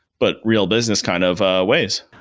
but real business kind of ways.